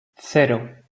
cero